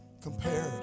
compared